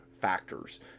factors